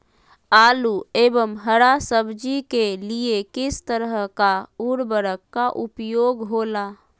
आलू एवं हरा सब्जी के लिए किस तरह का उर्वरक का उपयोग होला?